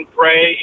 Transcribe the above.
pray